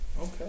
Okay